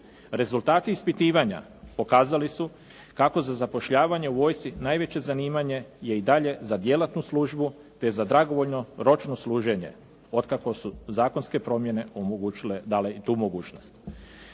Rezultati ispitivanja pokazali su kako za zapošljavanje u vojsci najveće zanimanje je i dalje za djelatnu službu, te za dragovoljno ročno služenje, od kako su zakonske promjene dale i tu mogućnost.